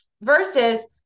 Versus